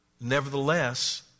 Nevertheless